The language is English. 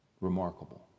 Remarkable